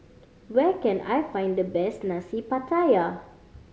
where can I find the best Nasi Pattaya